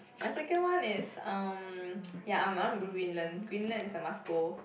my second one is um ya I'm I wanna go Greenland Greenland is a must go